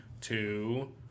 Two